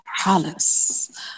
palace